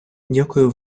дякую